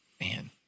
Man